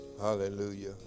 Hallelujah